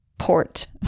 port